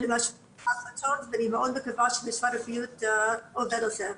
זה משפיע על ההחלטות ואני מאוד מקווה שמשרד הבריאות עובד על זה.